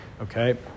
Okay